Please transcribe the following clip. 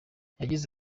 yagize